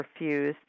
refused